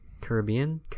Caribbean